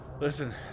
Listen